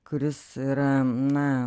kuris yra na